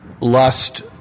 lust